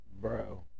Bro